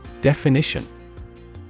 Definition